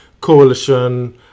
coalition